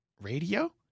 Radio